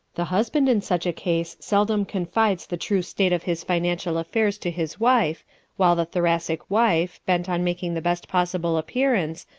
the husband in such a case seldom confides the true state of his financial affairs to his wife while the thoracic wife, bent on making the best possible appearance,